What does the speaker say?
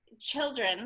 children